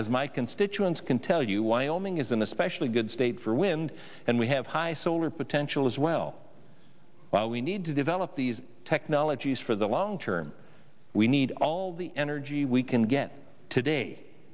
as my constituents can tell you why only as an especially good state for wind and we have high solar potential as well we need to develop these technologies for the long term we need all the energy we can get today